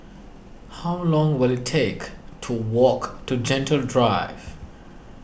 how long will it take to walk to Gentle Drive